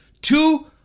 two